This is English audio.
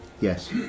Yes